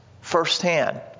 firsthand